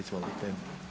Izvolite.